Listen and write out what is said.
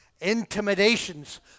intimidations